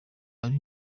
ari